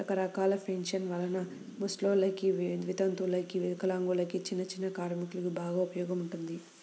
రకరకాల పెన్షన్ల వలన ముసలోల్లకి, వితంతువులకు, వికలాంగులకు, చిన్నచిన్న కార్మికులకు బాగా ఉపయోగం ఉంటుంది